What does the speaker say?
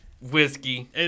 whiskey